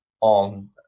on